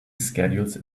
schedules